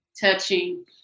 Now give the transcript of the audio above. touching